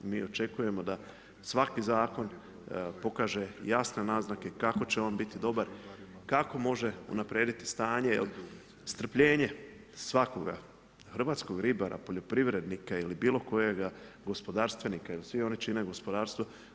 Mi očekujemo da svaki zakon pokaže jasne naznake, kako će on biti dobar, kako može unaprijediti stanje jer, strpljenje svakoga, hrvatskog ribara, poljoprivrednika ili bilo kojega gospodarstvenika i svi oni čine gospodarstvo.